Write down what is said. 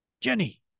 Jenny